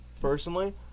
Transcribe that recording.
personally